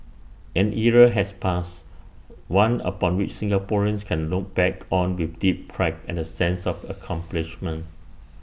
an era has passed one upon which Singaporeans can look back on with deep pride and A sense of accomplishment